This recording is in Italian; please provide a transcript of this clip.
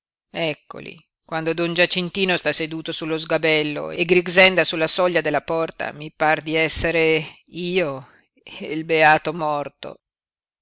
eccoli quando don giacintino sta seduto sullo sgabello e grixenda sulla soglia della porta mi par di essere io e il beato morto